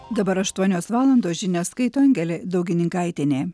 dabar aštuonios valandos žinias skaito angelė daugininkaitienė